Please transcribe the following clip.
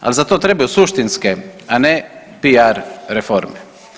Ali za to trebaju suštinske, a ne PR reforme.